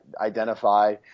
identify